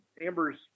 Amber's